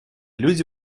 люди